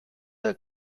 ihr